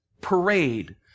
parade